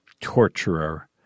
torturer